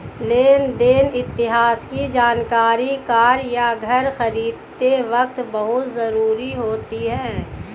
लेन देन इतिहास की जानकरी कार या घर खरीदते वक़्त बहुत जरुरी होती है